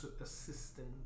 assistant